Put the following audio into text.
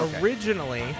Originally